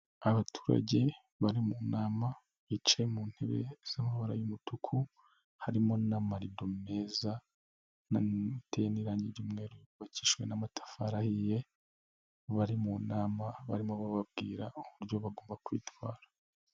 Abaturage bari mu nama bicaye mu ntebe z'amabara y'umutuku harimo n'amarido meza hateye n'irangi ry'umweru hubakishujwe n'amatafari ahiye, bari mu nama barimo bababwira uburyo bagomba kwitwara.